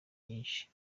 nyinshi